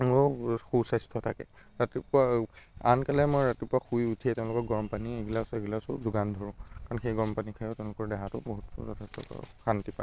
সুস্বাস্থ্য থাকে ৰাতিপুৱা আনকালে মই ৰাতিপুৱা শুই উঠিয়ে তেওঁলোকক গৰম পানী এগিলাছ এগিলাছো যোগান ধৰোঁ কাৰণ সেই গৰম পানী খায়ো তেওঁলোকৰ দেহাটো বহুত যথেষ্ট শান্তি পায়